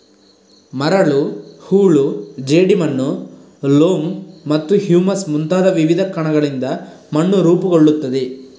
ಮರಳು, ಹೂಳು, ಜೇಡಿಮಣ್ಣು, ಲೋಮ್ ಮತ್ತು ಹ್ಯೂಮಸ್ ಮುಂತಾದ ವಿವಿಧ ಕಣಗಳಿಂದ ಮಣ್ಣು ರೂಪುಗೊಳ್ಳುತ್ತದೆ